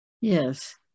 Yes